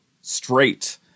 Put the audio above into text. straight